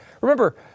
Remember